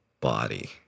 body